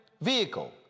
vehicle